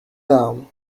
down